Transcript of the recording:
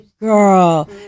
girl